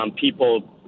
people